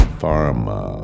pharma